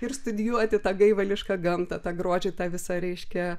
ir studijuoti tą gaivališką gamtą tą gruodžio tą visą reiškia